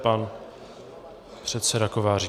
Pan předseda Kováčik.